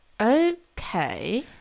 Okay